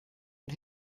und